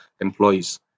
employees